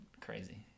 crazy